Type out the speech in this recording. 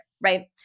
right